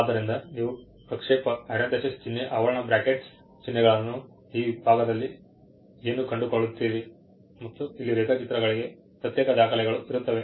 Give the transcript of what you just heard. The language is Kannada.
ಆದ್ದರಿಂದ ನೀವು ಪ್ರಕ್ಷೇಪ ಚಿಹ್ನ ಆವರ್ಣ ಚಿಹ್ನೆಗಳನ್ನು ಈ ಭಾಗದಲ್ಲಿ ಏನು ಕಂಡುಕೊಳ್ಳುತ್ತೀರಿ ಮತ್ತು ಇಲ್ಲಿ ರೇಖಾಚಿತ್ರಗಳಿಗೆ ಪ್ರತ್ಯೇಕ ದಾಖಲೆಗಳು ಇರುತ್ತವೆ